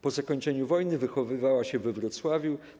Po zakończeniu wojny wychowywała się we Wrocławiu.